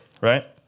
right